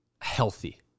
healthy